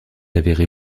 avérée